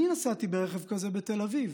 ואני נסעתי ברכב כזה בתל אביב.